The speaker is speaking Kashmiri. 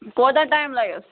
کوتاہ ٹایِم لَگٮ۪س